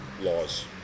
laws